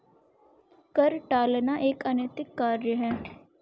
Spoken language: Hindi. कर टालना एक अनैतिक कार्य है